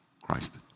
Christ